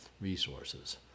resources